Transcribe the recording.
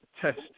test